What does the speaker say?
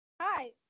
Hi